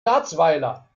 garzweiler